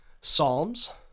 Psalms